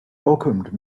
welcomed